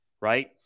right